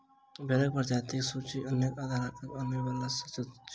भेंड़क प्रजातिक सूची अनेक आधारपर बनाओल जा सकैत अछि